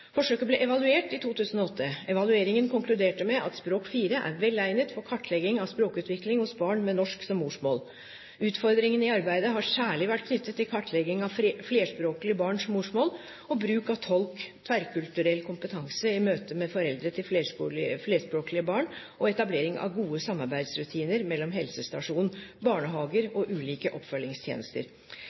Forsøket ble evaluert i 2008. Evalueringen konkluderte med at Språk 4 er velegnet for kartlegging av språkutvikling hos barn med norsk som morsmål. Utfordringene i arbeidet har særlig vært knyttet til kartlegging av flerspråklige barns morsmål og bruk av tolk, tverrkulturell kompetanse i møte med foreldre til flerspråklige barn, og etablering av gode samarbeidsrutiner mellom helsestasjon, barnehager og ulike oppfølgingstjenester.